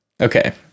Okay